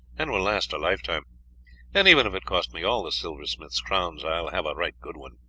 and will last a lifetime and even if it cost me all the silversmith's crowns i will have a right good one.